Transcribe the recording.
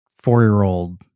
four-year-old